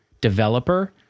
developer